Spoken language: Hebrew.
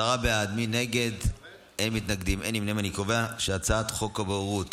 את הצעת חוק הבוררות